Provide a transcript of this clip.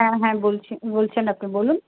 হ্যাঁ হ্যাঁ বলছি বলছেন আপনি বলুন